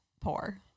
poor